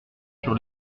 sur